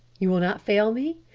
you will not fail me?